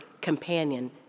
companion